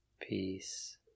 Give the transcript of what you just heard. Peace